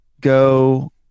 go